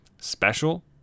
Special